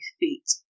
feet